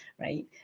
right